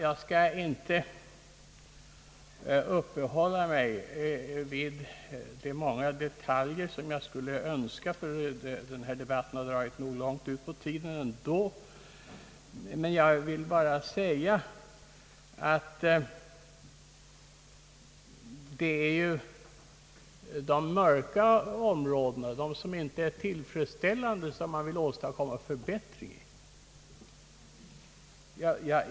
Jag skall inte uppehålla mig vid de många detaljer som jag skulle ha önskat beröra, ty den här debatten har dragit nog långt ut på tiden ändå, men jag vill säga att det ju är på de >mörka» områdena, de som inte är tillfredsställande, som man vill åstadkomma förbättringar.